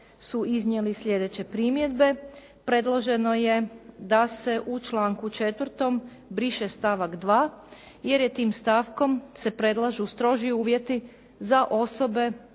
su iznijeli sljedeće primjedbe. Predloženo je da se u članku 4. briše stavak 2. jer tim stavkom se predlažu stroži uvjeti za osobe